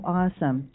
awesome